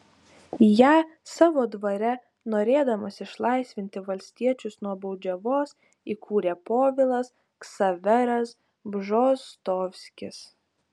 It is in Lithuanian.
ją savo dvare norėdamas išlaisvinti valstiečius nuo baudžiavos įkūrė povilas ksaveras bžostovskis